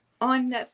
on